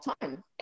time